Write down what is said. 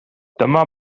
dyma